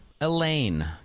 Elaine